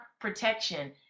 protection